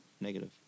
negative